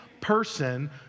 person